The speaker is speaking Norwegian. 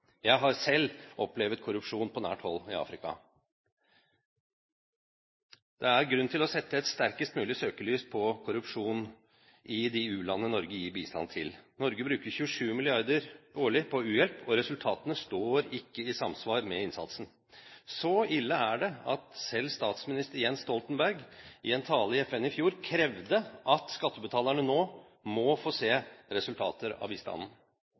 Jeg har selv opplevd korrupsjon på nært hold i Afrika. Det er grunn til å sette et sterkest mulig søkelys på korrupsjon i de u-landene Norge gir bistand til. Norge bruker 27 mrd. kr årlig på u-hjelp, og resultatene står ikke i samsvar med innsatsen. Så ille er det at selv statsminister Jens Stoltenberg i en tale i FN i fjor krevde at skattebetalerne nå må få se resultater av bistanden.